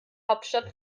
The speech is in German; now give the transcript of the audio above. hauptstadt